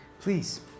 Please